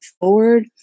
forward